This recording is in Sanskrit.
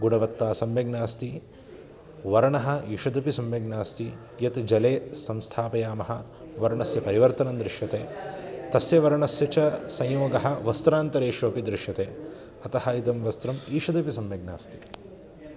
गुणवत्ता सम्यक् नास्ति वर्णः ईषदपि सम्यक् नास्ति यत् जले संस्थापयामः वर्णस्य परिवर्तनं दृश्यते तस्य वर्णस्य च संयोगः वस्त्रान्तरेषु अपि दृश्यते अतः इदं वस्त्रम् ईषदपि सम्यक् नास्ति